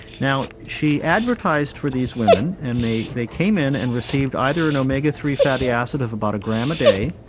now she advertised for these women and they they came in and received either an omega three fatty acid of about a gram a day,